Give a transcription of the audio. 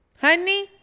Honey